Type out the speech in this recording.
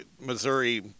Missouri